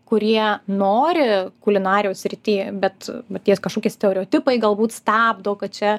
kurie nori kulinarijos srity bet va tie kažkokie stereotipai galbūt stabdo kad čia